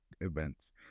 events